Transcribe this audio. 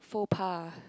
faux pas